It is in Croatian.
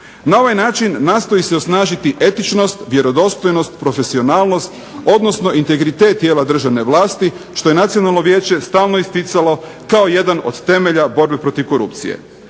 Na ovaj način nastoji se osnažiti etičnost, vjerodostojnost, profesionalnost, odnosno integritet tijela državne vlasti što je Nacionalno vijeće stalno isticalo kao jedan od temelja borbe protiv korupcije.